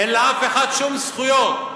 אין לאף אחד שום זכויות.